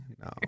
No